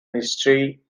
history